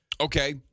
Okay